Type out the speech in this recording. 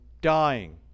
dying